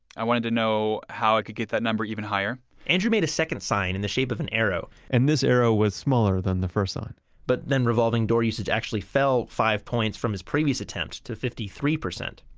i wanted to know how i could get that number even higher andrew made a second sign in the shape of an arrow and this arrow was smaller than the first sign but then revolving door usage actually fell five points from his previous attempt to fifty three percent.